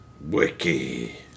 wiki